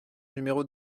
numéro